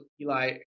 Eli